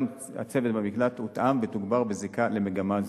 גם הצוות במקלט הותאם ותוגבר בזיקה למגמה זו.